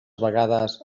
vegades